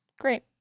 great